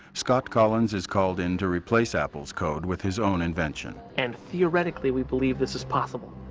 scott collins is called in to replace apple's code with his own invention. and theoretically we believe this is possible.